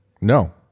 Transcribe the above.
No